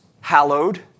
hallowed